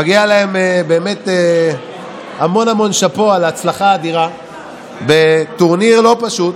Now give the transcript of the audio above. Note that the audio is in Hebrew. מגיע להם המון המון שאפו על ההצלחה האדירה בטורניר לא פשוט,